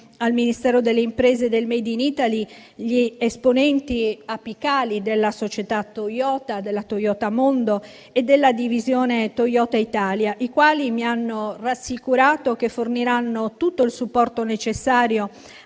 al Ministro delle imprese e del made in Italy, gli esponenti apicali della società Toyota, della Toyota Mondo e della divisione Toyota Italia, i quali mi hanno assicurato che forniranno tutto il supporto necessario